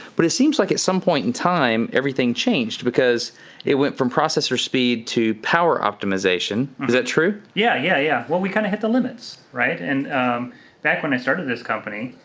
but it seems like at some point in time, everything changed because it went from processor speed to power optimization. is that true? yeah, yeah, yeah. well, we kind of hit the limits, right? and back when i started this company,